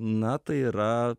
na tai yra